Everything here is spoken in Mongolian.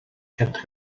чадах